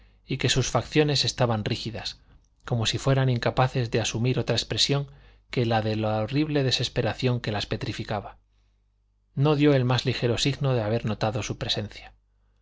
y que sus facciones estaban rígidas como si fueran incapaces de asumir otra expresión que la de la horrible desesperación que las petrificaba no dió el más ligero signo de haber notado su presencia